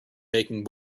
making